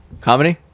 Comedy